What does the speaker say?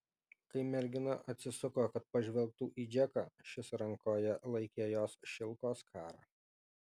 kai mergina atsisuko kad pažvelgtų į džeką šis rankoje laikė jos šilko skarą